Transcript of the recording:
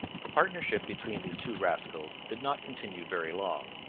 the partnership between these two rascals did not continue very long.